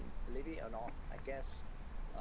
believe it or not I guess